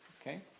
Okay